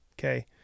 okay